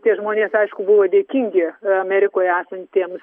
tie žmonės aišku buvo dėkingi amerikoj esantiems